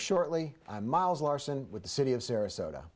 shortly miles larson with the city of sarasota